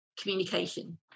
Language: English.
communication